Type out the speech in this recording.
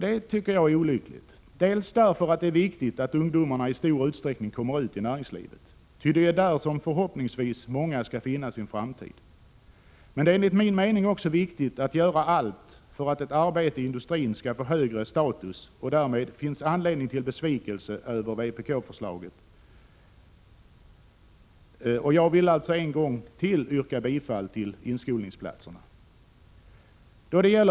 Det tycker jag är olyckligt. Det är viktigt att ungdomarna i stor utsträckning kommer ut i näringslivet, ty det är där som förhoppningsvis många skall finna sin framtid. Men det är enligt min mening också viktigt att göra allt för att ett arbete i industrin skall få högre status, och därmed finns anledning till besvikelse över vpk-förslaget. Jag vill alltså ännu en gång yrka bifall till förslaget om inskolningsplatserna.